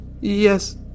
Yes